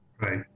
Right